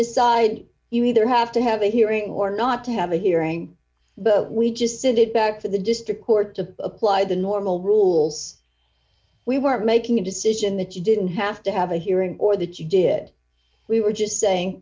decide you either have to have a hearing or not to have a hearing but we just said it back to the district court to apply the normal rules we were making a decision that you didn't have to have a hearing or that you did we were just saying